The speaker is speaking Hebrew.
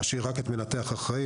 ולהשאיר רק את "מנתח אחראי".